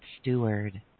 steward